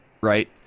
right